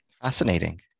Fascinating